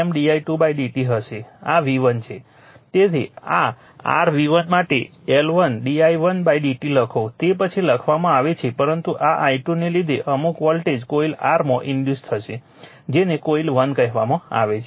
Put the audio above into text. તેથી આ r V1 માટે L1 d i1 dt લખો તે પછી લખવામાં આવે છે પરંતુ આ i2 ને લીધે અમુક વોલ્ટેજ કોઇલ r માં ઇન્ડ્યુસ થશે જેને કોઇલ 1 કહેવામાં આવે છે